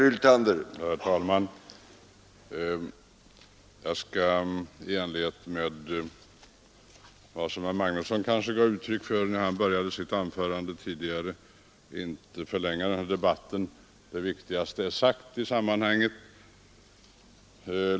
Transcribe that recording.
Herr talman! Jag skall i enlighet med vad herr Magnusson gav uttryck för när han började sitt anförande tidigare inte mycket förlänga den här debatten. Det viktigaste är sagt.